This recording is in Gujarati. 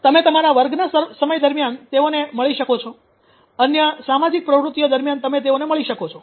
તમે તમારા વર્ગના સમય દરમિયાન તેઓને મળી શકો છો અન્ય સામાજિક પ્રવૃત્તિઓ દરમિયાન તમે તેઓને મળી શકો છો